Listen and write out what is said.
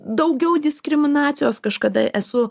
daugiau diskriminacijos kažkada esu